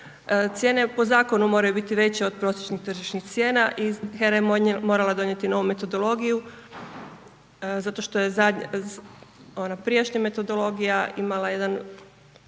Cijene po zakonu moraju biti veće od prosječnih tržišnih cijena i HERA je morala donijeti novu metodologiju zato što je ona prijašnja metodologija imala jedan